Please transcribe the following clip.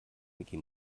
micky